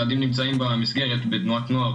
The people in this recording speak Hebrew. ילדים נמצאים במסגרת תנועת נוער,